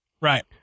Right